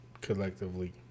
collectively